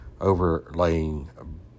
overlaying